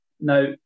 Now